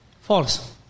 False